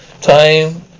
time